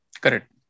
Correct